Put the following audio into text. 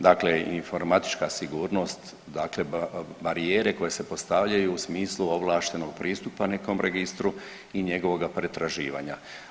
Dakle, informatička sigurnost, dakle barijere koje se postavljaju u smislu ovlaštenog pristupa nekom registru i njegovoga pretraživanja.